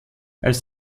als